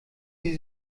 sie